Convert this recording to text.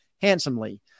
handsomely